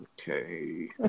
Okay